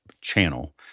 channel